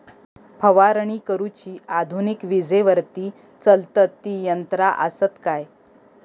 फवारणी करुची आधुनिक विजेवरती चलतत ती यंत्रा आसत काय?